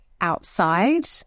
outside